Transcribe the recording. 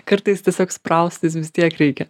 kartais tiesiog spraustis vis tiek reikia